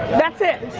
that's it.